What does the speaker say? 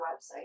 website